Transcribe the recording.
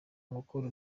abakora